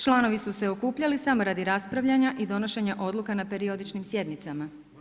Članovi su se okupljali samo radi raspravljanja i donošenja odluka na periodičnim sjednicama.